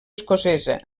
escocesa